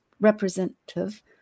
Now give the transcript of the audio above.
representative